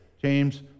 James